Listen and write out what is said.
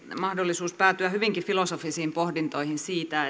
mahdollisuus päätyä hyvinkin filosofisiin pohdintoihin siitä